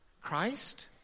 Christ